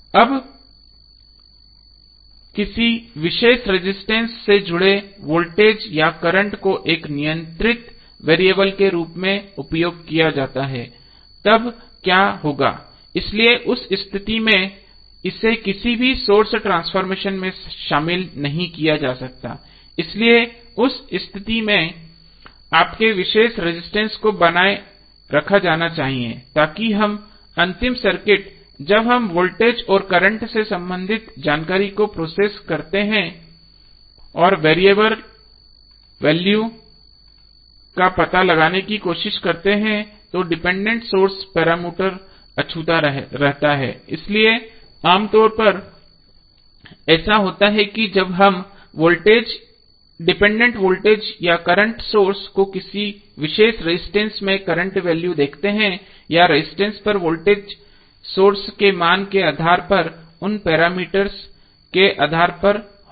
अब किसी विशेष रजिस्टेंस से जुड़े वोल्टेज या करंट को एक नियंत्रित वेरिएबल के रूप में उपयोग किया जाता है तब क्या होगा इसलिए उस स्थिति में इसे किसी भी सोर्स ट्रांसफॉर्मेशन में शामिल नहीं किया जाना चाहिए इसलिए उस स्थिति में आपके विशेष रजिस्टेंस को बनाए रखा जाना चाहिए ताकि अंतिम सर्किट जब हम वोल्टेज और करंट से संबंधित जानकारी को प्रोसेस करते हैं और वेरिएबल वैल्यू का पता लगाने की कोशिश करते हैं तो डिपेंडेंट सोर्स पैरामीटर अछूता रहता है इसलिए आमतौर पर ऐसा होता है कि जब हम डिपेंडेंट वोल्टेज या करंट सोर्स को किसी विशेष रजिस्टेंस में करंट वैल्यू देखते हैं या रजिस्टर पर वोल्टेज सोर्स के मान के आधार पर उन पैरामीटर्स के आधार पर होगा